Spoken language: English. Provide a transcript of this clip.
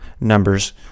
Numbers